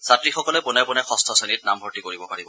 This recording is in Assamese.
ছাত্ৰীসকলে পোনে পোনে ষষ্ঠ শ্ৰেণীত নামভৰ্তি কৰিব পাৰিব